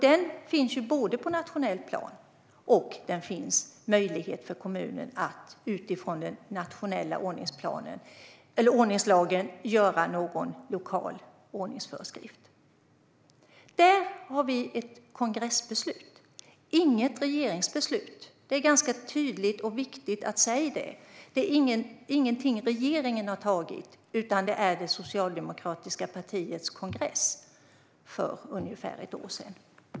Den finns på nationellt plan, och det finns möjlighet för kommunerna att utifrån den nationella ordningslagen göra någon lokal ordningsföreskrift. Där har vi ett kongressbeslut, inte ett regeringsbeslut. Det är ganska viktigt att säga det tydligt. Det var inte regeringen som antog det, utan det var det socialdemokratiska partiets kongress för ungefär ett år sedan.